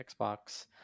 Xbox